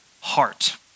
heart